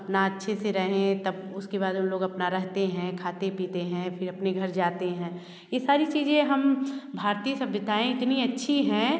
अपना अच्छे से रहें तब उसके बाद उन लोग अपना रहते हैं खाते पीते हैं फिर अपने घर जाते हैं ये सारी चीज़े हम भारतीय सभ्यताएं इतनी अच्छी हैं